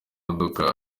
modoka